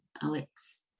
Alex